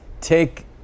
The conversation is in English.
take